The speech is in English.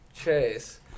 Chase